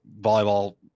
volleyball